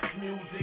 music